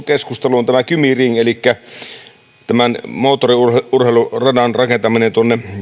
keskusteluun tämä kymi ring elikkä moottoriurheiluradan rakentaminen